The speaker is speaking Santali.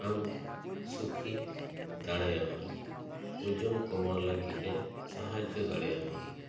ᱟᱢ ᱥᱩᱠᱷᱤ ᱫᱟᱲᱮᱭᱟᱢᱟ ᱳᱡᱚᱱ ᱠᱚᱢᱟᱣ ᱞᱟᱹᱜᱤᱫ ᱮ ᱥᱟᱦᱟᱡᱽᱡᱚ ᱫᱟᱲᱮᱭᱟᱢᱟ